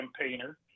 campaigner